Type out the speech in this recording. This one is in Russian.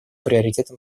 приоритетом